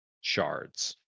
shards